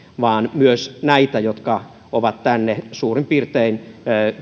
vaan myös näitä jotka ovat suurin piirtein